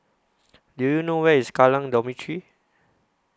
Do YOU know Where IS Kallang Dormitory